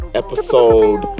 episode